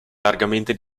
largamente